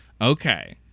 Okay